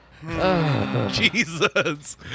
Jesus